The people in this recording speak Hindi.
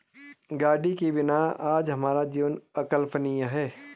गाड़ी के बिना आज हमारा जीवन अकल्पनीय है